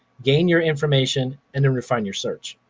gain your information, and then refine your search.